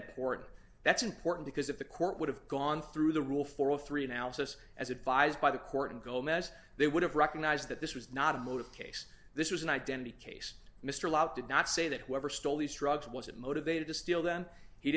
important that's important because if the court would have gone through the rule for all three analysis as advised by the court and gomez they would have recognized that this was not a motive case this was an identity case mr lott did not say that whoever stole these drugs wasn't motivated to steal then he